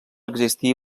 existir